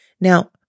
Now